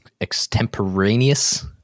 Extemporaneous